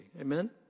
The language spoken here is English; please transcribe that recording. Amen